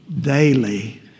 Daily